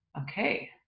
Okay